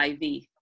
IV